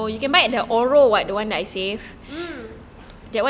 mm